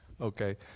Okay